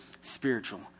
spiritual